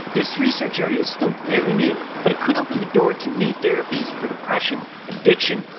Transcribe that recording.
this research area is still very new, but it could open the door to new therapies for depression, addiction,